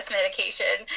medication